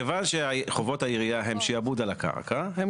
כיוון שחובות העירייה עם שיעבוד על הקרקע, הם